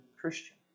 Christian